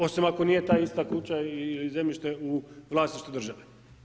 Osim ako nije ta ista kuća ili zemljište u vlasništvu države.